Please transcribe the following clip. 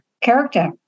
character